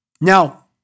Now